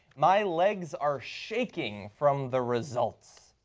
my legs are shaking from the results.